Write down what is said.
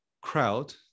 crowd